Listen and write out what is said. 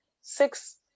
six